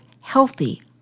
healthy